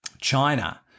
China